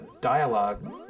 dialogue